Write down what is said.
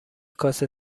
کاسه